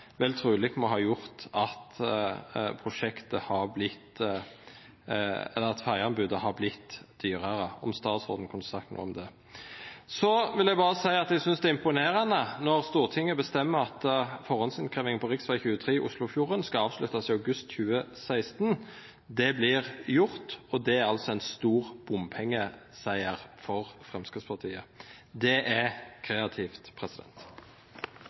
truleg må ha gjort at ferjeanbodet har vorte dyrare. Kan statsråden seia noko om det? Eg vil berre seia at eg synest det er imponerande når Stortinget bestemmer at førehandsinnkrevjing på rv. 23 Oslofjordforbindelsen skal avsluttast i august 2016. Det vert gjort, og det er altså ein stor bompengesiger for Framstegspartiet. Det er kreativt.